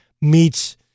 meets